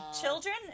Children